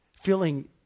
feeling